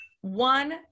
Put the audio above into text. one